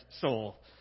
soul